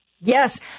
Yes